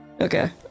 Okay